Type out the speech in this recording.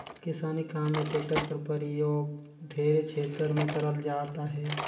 किसानी काम मे टेक्टर कर परियोग ढेरे छेतर मे करल जात अहे